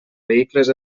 vehicles